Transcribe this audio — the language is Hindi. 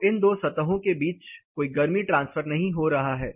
तो इन दो सतहों के बीच कोई गर्मी ट्रांसफर नहीं हो रहा है